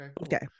Okay